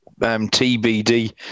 TBD